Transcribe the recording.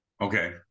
Okay